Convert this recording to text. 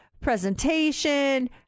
presentation